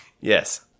yes